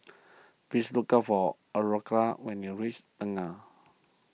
please look for Aurora when you reach Tengah